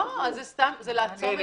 זה סתם, זה לעצום עיניים.